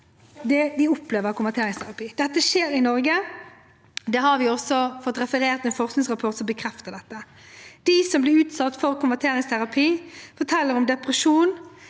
dag som opplever konverteringsterapi. Dette skjer i Norge, og det har vi også fått referert i en forskningsrapport som bekrefter dette. De som blir utsatt for konverteringsterapi, forteller om depresjon,